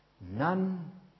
none